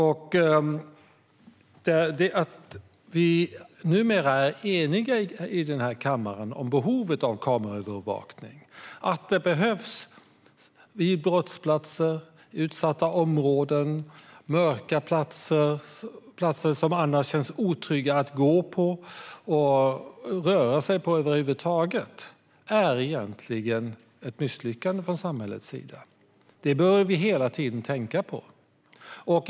Att vi numera är eniga i kammaren om behovet av kameraövervakning - om att den behövs vid brottsplatser, i utsatta områden, på mörka platser och på platser som annars känns otrygga att röra sig på över huvud taget - är egentligen ett misslyckande från samhällets sida. Det bör vi hela tiden tänka på.